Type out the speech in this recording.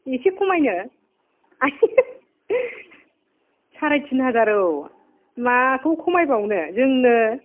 इसे खमायनो सारायतिन हाजार औ माखौ खमायबावनो जोंनो